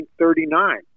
1939